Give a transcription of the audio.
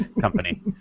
company